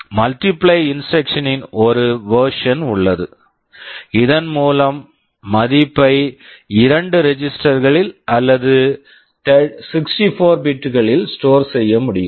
multiply instruction multiply instruction னின் ஒரு version version உள்ளது இதன் மூலம் மதிப்பை இரண்டு ரெஜிஸ்டெர் register களில் அல்லது 64 பிட் bit களில் ஸ்டோர் store செய்ய முடியும்